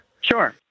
Sure